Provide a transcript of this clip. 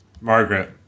Margaret